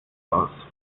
aus